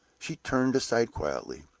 she turned aside quietly,